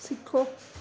ਸਿੱਖੋ